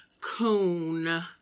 coon